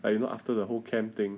I you know after the whole camp thing